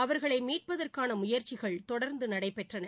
அவர்களைமீட்பதற்கானமுயற்சிகள் தொடர்ந்துநடைபெற்றன